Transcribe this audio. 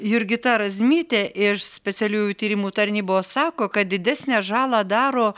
jurgita razmytė iš specialiųjų tyrimų tarnybos sako kad didesnę žalą daro